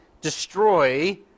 destroy